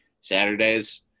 saturdays